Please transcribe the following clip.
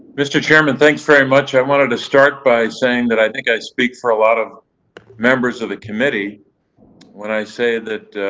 mr. chairman, thanks very much. i wanted to start by saying that i think i speak for a lot of members of the committee when i say that